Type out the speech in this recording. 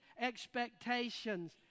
expectations